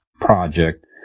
Project